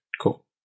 Cool